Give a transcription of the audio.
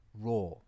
Raw